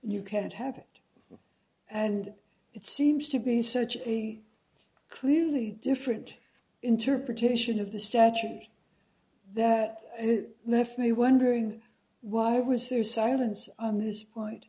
you can't have it and it seems to be such a clearly different interpretation of the statute that it left me wondering why was there silence on this point